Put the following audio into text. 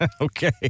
okay